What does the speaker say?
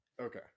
Okay